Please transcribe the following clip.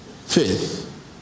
Faith